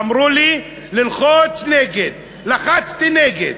אמרו לי ללחוץ נגד, לחצתי נגד.